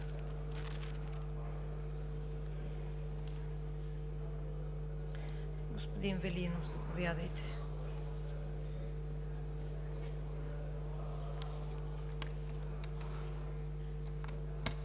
Господин Цветанов, заповядайте